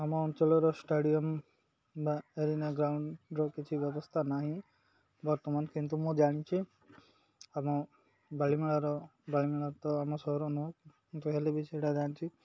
ଆମ ଅଞ୍ଚଳର ଷ୍ଟାଡ଼ିୟମ୍ ବା ଏରିନା ଗ୍ରାଉଣ୍ଡର କିଛି ବ୍ୟବସ୍ଥା ନାହିଁ ବର୍ତ୍ତମାନ କିନ୍ତୁ ମୁଁ ଜାଣିଛି ଆମ ବାଲିମେଳାର ବାଲିମେଳା ତ ଆମ ସହର ନୁହେଁ କିନ୍ତୁ ହେଲେ ବି ସେଇଟା ଜାଣିଛି